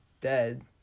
dead